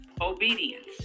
obedience